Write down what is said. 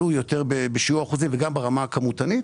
עלו יותר בשיעור אחוזים וגם ברמה הכמותנית.